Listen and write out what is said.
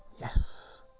Yes